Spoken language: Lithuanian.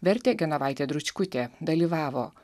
vertė genovaitė dručkutė dalyvavo